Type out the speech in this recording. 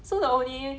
so the only